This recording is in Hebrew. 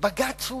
בג"ץ הוא